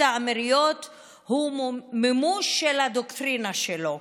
האמירויות הוא מימוש של הדוקטרינה שלו.